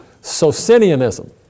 Socinianism